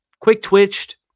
quick-twitched